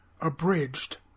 abridged